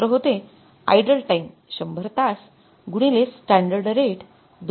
सूत्र होते idle time १०० तास गुणिले स्टॅंडर्ड रेट २